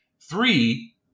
Three